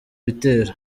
bitero